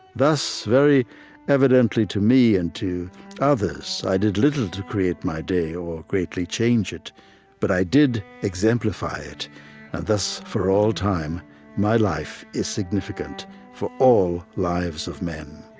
thus very evidently to me and to others i did little to create my day or greatly change it but i did exemplify it and thus for all time my life is significant for all lives of men.